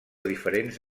diferents